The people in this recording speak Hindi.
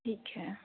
ठीक है